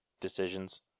decisions